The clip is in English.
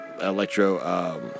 electro